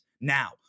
now